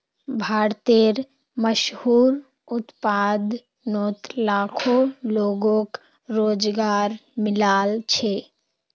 भारतेर मशहूर उत्पादनोत लाखों लोगोक रोज़गार मिलाल छे